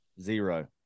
Zero